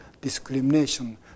discrimination